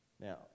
Now